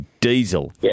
Diesel